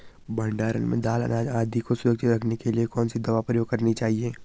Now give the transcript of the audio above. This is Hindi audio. भण्डारण में दाल अनाज आदि को सुरक्षित रखने के लिए कौन सी दवा प्रयोग करनी चाहिए?